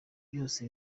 byose